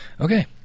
Okay